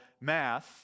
math